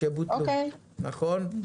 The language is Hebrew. נכון.